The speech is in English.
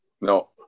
no